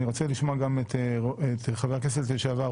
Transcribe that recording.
אני רוצה לשמוע גם את חבר הכנסת לשעבר,